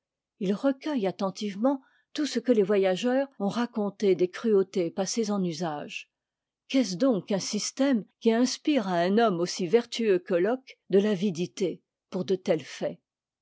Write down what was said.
il recueille attentivement tout ce que les voyageurs ont raconté des cruautés passées en usage qu'est-ce donc qu'un système qui inspire à un homme aussi vertueux que locke de l'avidité pour de tels faits